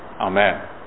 amen